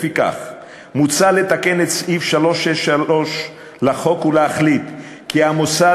לפיכך מוצע לתקן את סעיף 363 לחוק ולהחליט כי המוסד